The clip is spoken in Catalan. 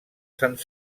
sant